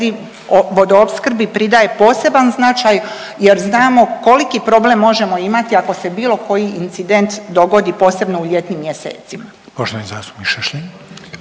vodoopskrbi pridaje poseban značaj jer znamo koliki problem možemo imati ako se bilo koji incident dogodi, posebno u ljetnim mjesecima.